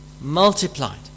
multiplied